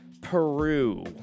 Peru